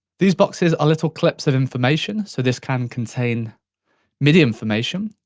these boxes are little clips of information, so this can contain midi information,